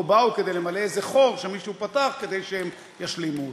באו כדי למלא איזה חור שמישהו פתח כדי שהם ישלימו אותו.